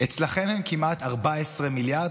אצלכם הם כמעט 14 מיליארד.